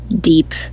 deep